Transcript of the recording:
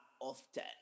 often